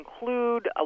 include